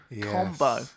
combo